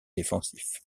défensif